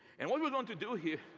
and what we're going to do here